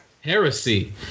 Heresy